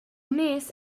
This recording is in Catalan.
més